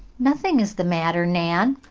nothing is the matter, nan.